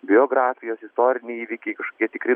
biografijos istoriniai įvykiai kažkokie tikri